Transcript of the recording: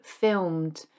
filmed